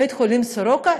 בית-חולים "סורוקה",